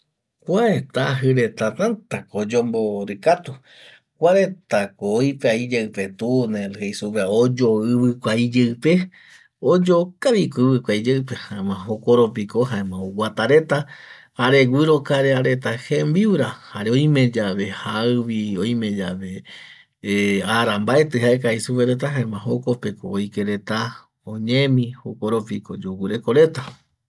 Kua taji reta tata ko oyombori katu kuareta ko oipea iyeipe tunel jeisupe va oyo ivikua iyeipe oyo kavi ko ivikua iyeipe jaema jokoropi ko jaema oguatareta jare gurocarea jembiura jare oime yave jaivi oime yave ara mbaeti jaekavi supe reta jaema ko jokope ko oikereta oñemi jokoropi ko yogureko reta